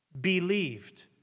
believed